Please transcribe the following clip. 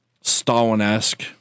Stalin-esque